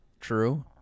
True